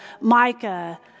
Micah